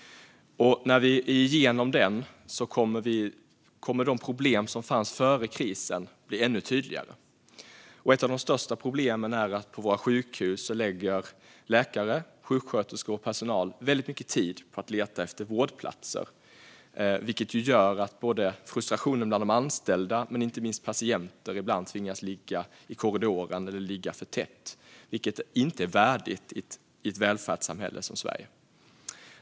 När vi har tagit oss igenom den kommer de problem som fanns före krisen att bli ännu tydligare. Ett av de största problemen är att läkare, sjuksköterskor och annan personal på våra sjukhus lägger väldigt mycket tid på att leta efter vårdplatser, vilket gör att frustrationen är stor bland de anställda och att patienter ibland tvingas ligga för tätt eller i korridorer. Det är inte värdigt ett välfärdssamhälle som Sverige.